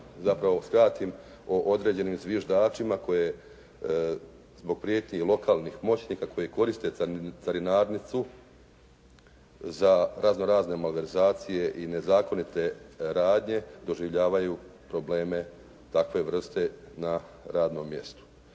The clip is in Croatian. zapravo skratim o određenim zviždačima koje zbog prijetnji lokalnih moćnika koji koriste carinarnicu za razno razne malverzacije i nezakonite radnje doživljavaju probleme takve vrste na radnom mjestu.